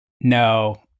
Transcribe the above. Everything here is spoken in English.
No